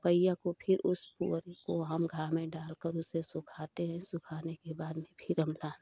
बइया को फ़िर उस बोरी को हम घाम में डालकर उसे सुखाते हैं सुखाने के बाद में फ़िर हम धान